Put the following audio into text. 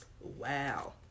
Wow